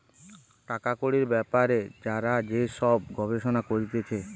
টাকা কড়ির বেপারে যারা যে সব গবেষণা করতিছে